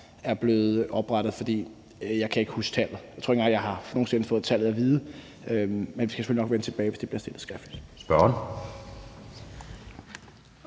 er blevet oprettet, for jeg kan ikke huske tallet. Jeg tror ikke engang, jeg nogen sinde har fået tallet at vide, men vi skal selvfølgelig nok vende tilbage, hvis spørgsmålet bliver stillet skriftligt. Kl.